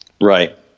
Right